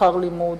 שכר לימוד,